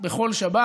בכל שבת.